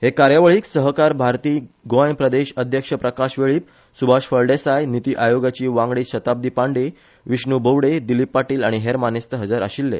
हे कार्यावळीक सहकार भारती गोंय प्रदेश अध्यक्ष प्रकाश वेळीप सुभाष फळदेसाय निती आयोगाची वांगडी शताब्दी पांडे विष्णू बोवडे दिलीप पाटिल आनी हेर मानेस्त हजर आशिल्ले